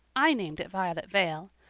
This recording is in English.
i named it violet vale.